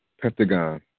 Pentagon